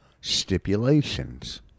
Stipulations